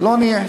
לא נהיה.